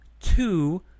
two